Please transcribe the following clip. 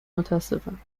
متاسفم